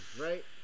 Right